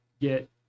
get